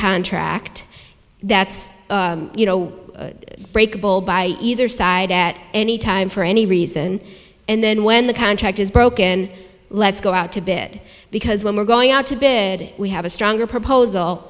contract that's you know breakable by either side at any time for any reason and then when the contract is broken let's go out to bed because when we're going out to bid we have a stronger proposal